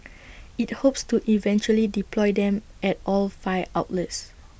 IT hopes to eventually deploy them at all five outlets